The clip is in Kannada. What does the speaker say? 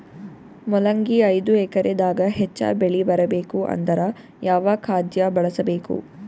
ಮೊಲಂಗಿ ಐದು ಎಕರೆ ದಾಗ ಹೆಚ್ಚ ಬೆಳಿ ಬರಬೇಕು ಅಂದರ ಯಾವ ಖಾದ್ಯ ಬಳಸಬೇಕು?